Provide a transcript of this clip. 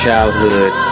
Childhood